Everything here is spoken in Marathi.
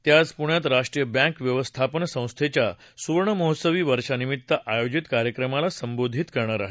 ते आज पुण्यात राष्ट्रीय बँक व्यवस्थापन संस्थेच्या सुवर्ण महोत्सवी वर्षानिमित्त आयोजित कार्यक्रमाला संबोधित करणार आहेत